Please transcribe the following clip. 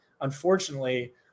unfortunately